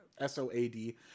Soad